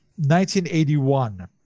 1981